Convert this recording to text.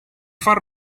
far